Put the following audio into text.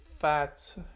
fat